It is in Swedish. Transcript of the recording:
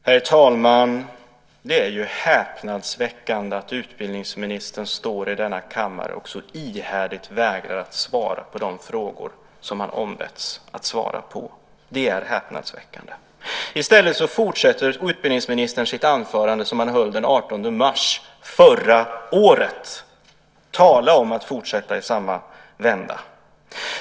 Herr talman! Det är häpnadsväckande att utbildningsministern står i denna kammare och så ihärdigt vägrar att svara på de frågor som han ombetts att svara på. I stället fortsätter utbildningsministern sitt anförande som han höll den 18 mars förra året. Tala om att fortsätta i samma anda!